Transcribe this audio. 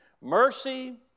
Mercy